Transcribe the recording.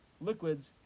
liquids